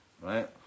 right